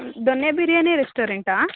ದೊನ್ನೆ biryani ರೆಸ್ಟೊರೆಂಟಾ